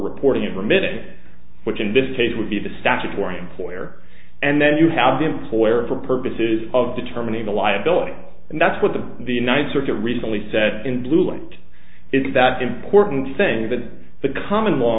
reporting every minute which in this case would be the statutory employer and then you have the employer for purposes of determining the liability and that's what the the ninth circuit recently said in blue it is that important thing that the common law